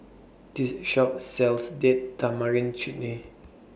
This Shop sells Date Tamarind Chutney